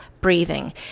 breathing